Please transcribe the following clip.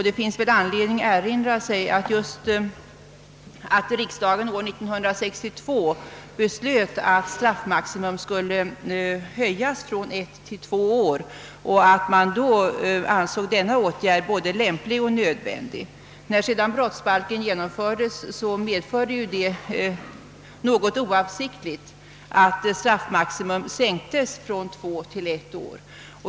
Det finns väl anledning erinra sig att riksdagen år 1962 beslöt att straffmaximum skulle höjas från 1 till 2 år och att man då ansåg denna åtgärd både lämplig och nödvändig. När sedan brottsbalken genomfördes sänktes straffmaxi mum något oavsiktligt från 2 till 1 år.